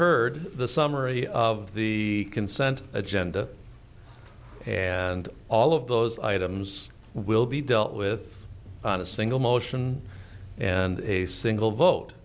heard the summary of the consent agenda and all of those items will be dealt with on a single motion and a single vote